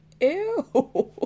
ew